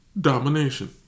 domination